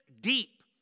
deep